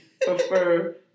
prefer